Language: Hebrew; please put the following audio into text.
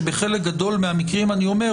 שבחלק גדול מהמקרים אני אומר,